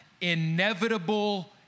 inevitable